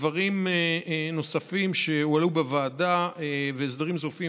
דברים נוספים שהועלו בוועדה והסדרים נוספים,